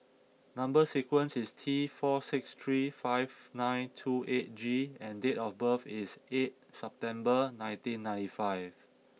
number sequence is T four six three five nine two eight G and date of birth is eight September nineteen ninety five